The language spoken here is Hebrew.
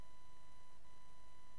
זה לא סוד שהעמותה "לחופש נולד" היא